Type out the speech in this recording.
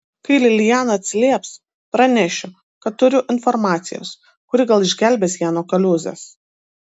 kai liliana atsilieps pranešiu kad turiu informacijos kuri gal išgelbės ją nuo kaliūzės